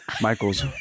Michael's